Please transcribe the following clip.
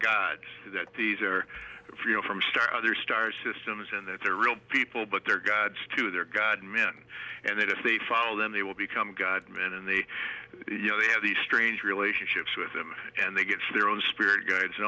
gods that these are from star other star systems and that they are real people but they're gods to their god men and that if they follow them they will become god men and they you know they have these strange relationships with them and they get their own spirit guides and